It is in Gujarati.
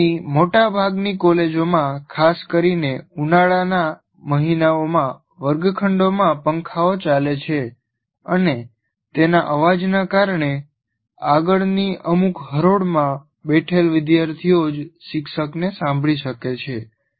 ભારતની મોટાભાગની કોલેજોમાં ખાસ કરીને ઉનાળાના મહિનાઓમાં વર્ગખંડોમાં પંખાઓ ચાલે છે અને તેના અવાજના કારણે આગળની અમુક હરોળ માં બેઠેલ વિદ્યાર્થીઓ જ શિક્ષકને સાંભળી શકે છે